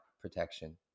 protection